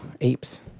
apes